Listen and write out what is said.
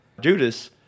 Judas